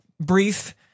brief